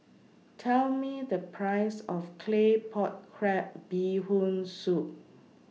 Tell Me The Price of Claypot Crab Bee Hoon Soup